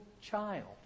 child